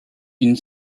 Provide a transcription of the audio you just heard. une